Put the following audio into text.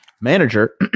manager